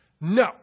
No